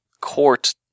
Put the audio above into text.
court